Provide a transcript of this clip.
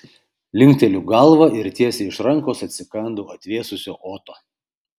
linkteliu galvą ir tiesiai iš rankos atsikandu atvėsusio oto